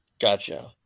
Gotcha